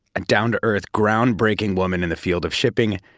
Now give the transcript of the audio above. a down-to-earth, groundbreaking woman in the field of shipping,